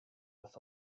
with